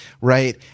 right